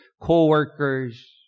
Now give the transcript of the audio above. co-workers